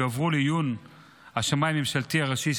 יועברו לעיון השמאי הממשלתי הראשי,